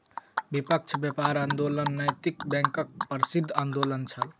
निष्पक्ष व्यापार आंदोलन नैतिक बैंकक प्रसिद्ध आंदोलन छल